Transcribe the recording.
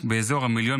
באזור המיליון,